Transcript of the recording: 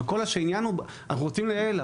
אבל כל העניין הוא שאנחנו רוצים לייעל.